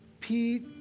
Pete